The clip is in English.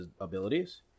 abilities